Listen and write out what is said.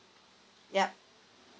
yup